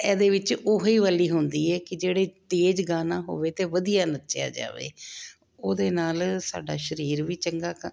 ਇਹਦੇ ਵਿੱਚ ਉਹੀ ਵਾਲੀ ਹੁੰਦੀ ਹੈ ਕਿ ਜਿਹੜੇ ਤੇਜ਼ ਗਾਨਾ ਹੋਵੇ ਅਤੇ ਵਧੀਆ ਨੱਚਿਆ ਜਾਵੇ ਖੁੱਲਾ ਡੁੱਲਾ ਉਹਦੇ ਨਾਲ ਸਾਡਾ ਸਰੀਰ ਵੀ ਚੰਗਾ